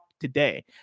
today